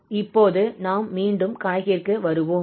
இப்போது நாம் மீண்டும் கணக்கிற்கு வருவோம்